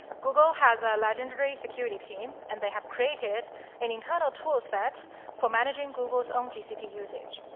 google has a legendary security team, and they have created an internal tool set for managing google's own gcp usage.